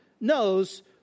knows